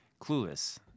Clueless